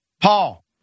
Paul